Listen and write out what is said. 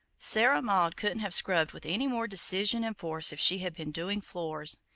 sarah maud couldn't have scrubbed with any more decision and force if she had been doing floors,